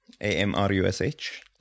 A-M-R-U-S-H